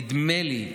נדמה לי,